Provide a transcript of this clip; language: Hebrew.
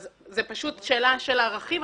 זאת שאלה של ערכים.